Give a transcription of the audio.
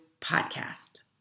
podcast